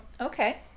Okay